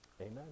Amen